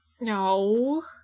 No